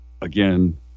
again